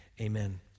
Amen